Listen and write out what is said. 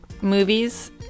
movies